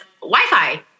wi-fi